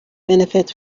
benefit